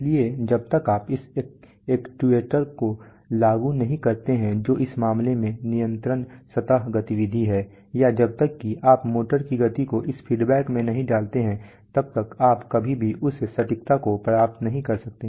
इसलिए जब तक आप इस एक्ट्यूएटर को लागू नहीं करते हैं जो इस मामले में नियंत्रण सतह गतिविधि है जब तक कि आप मोटर की गति को इस फीडबैक में नहीं डालते हैं तब तक आप कभी भी उस सटीकता को प्राप्त नहीं कर सकते